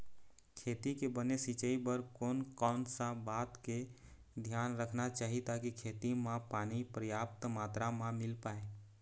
खेती के बने सिचाई बर कोन कौन सा बात के धियान रखना चाही ताकि खेती मा पानी पर्याप्त मात्रा मा मिल पाए?